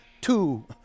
two